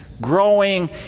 growing